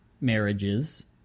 marriages